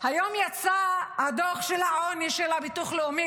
היום יצא הדוח של העוני של הביטוח הלאומי.